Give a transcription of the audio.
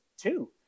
two